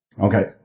Okay